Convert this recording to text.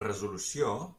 resolució